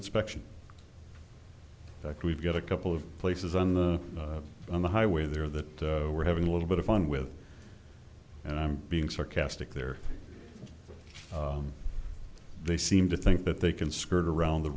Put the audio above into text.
inspection that we've got a couple of places on the on the highway there that we're having a little bit of fun with and i'm being sarcastic there they seem to think that they can skirt around the